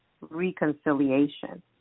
reconciliation